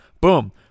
boom